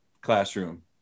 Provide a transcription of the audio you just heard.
classroom